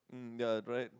ya correct